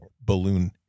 balloon